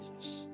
Jesus